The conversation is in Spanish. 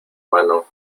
mano